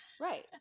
Right